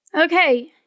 Okay